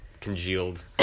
congealed